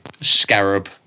scarab